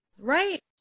right